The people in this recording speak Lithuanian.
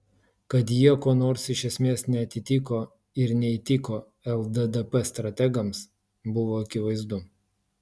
kad jie kuo nors iš esmės neatitiko ir neįtiko lddp strategams buvo akivaizdu